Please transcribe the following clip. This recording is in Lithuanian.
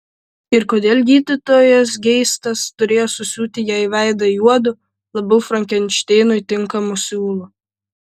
ir kodėl gydytojas geistas turėjo susiūti jai veidą juodu labiau frankenšteinui tinkamu siūlu